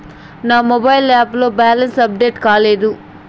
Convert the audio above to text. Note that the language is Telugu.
నా మొబైల్ యాప్ లో బ్యాలెన్స్ అప్డేట్ కాలేదు